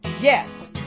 yes